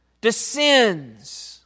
descends